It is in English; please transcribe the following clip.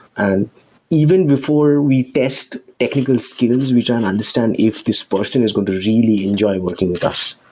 and even before we test technical skills, we try and understand if this person is going to really enjoy working with us,